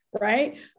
right